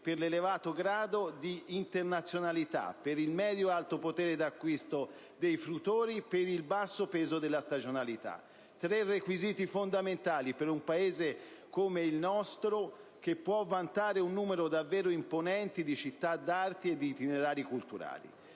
per l'elevato grado di internazionalità, per il medio-alto potere d'acquisto dei fruitori e per il basso peso della stagionalità. Tre requisiti fondamentali per un Paese come il nostro che può vantare un numero davvero imponente di città d'arte e di itinerari culturali.